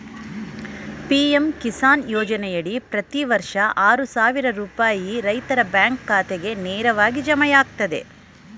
PM Kisan ಯೋಜನೆಯಡಿ ಪ್ರತಿ ವರ್ಷ ಆರು ಸಾವಿರ ರೂಪಾಯಿ ರೈತರ ಬ್ಯಾಂಕ್ ಖಾತೆಗೆ ನೇರವಾಗಿ ಜಮೆಯಾಗ್ತದೆ